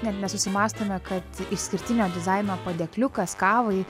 net nesusimąstome kad išskirtinio dizaino padėkliukas kavai